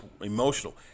emotional